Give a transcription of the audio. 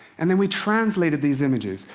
and then we translated these images.